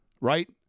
right